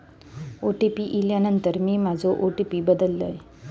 OTP इल्यानंतर मी माझो ओ.टी.पी बदललय